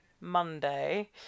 Monday